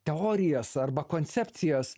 teorijas arba koncepcijas